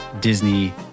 Disney